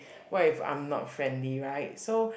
what if I'm not friendly right so